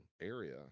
area